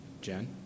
Jen